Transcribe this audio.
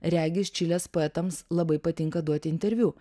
regis čilės poetams labai patinka duoti interviu